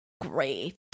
great